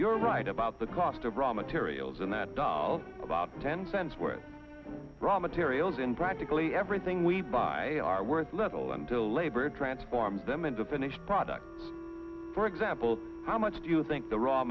you're right about the cost of raw materials and that dollars ten cents worth raw materials in practically everything we buy are worth level until labor transformed them into a finished product for example how much do you think the raw